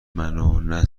منو، نه